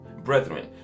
Brethren